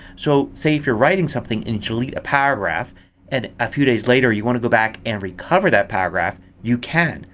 so say if you're writing something and you delete a paragraph and a few days later you want to go back and recover that paragraph, you can.